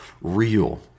real